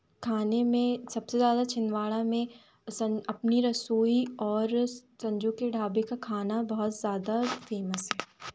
खाने में सबसे ज़्यादा छिंदवाड़ा में सं अपनी रसोई और संजू के ढाबे का खाना बहुत ज़्यादा फ़ेमस है